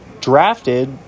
drafted